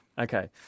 Okay